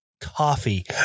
coffee